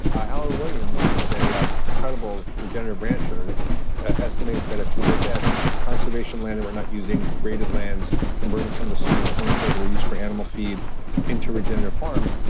ah alan williams who's an um incredible regenerative rancher estimates that if you look at conservation land that we're not using graded lands, converting some of the soy and corn fields that are used for animal feed into regenerative farms.